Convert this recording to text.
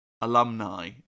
alumni